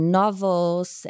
novels